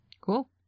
Cool